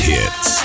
Hits